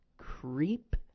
creep